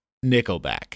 Nickelback